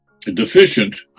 deficient